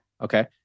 Okay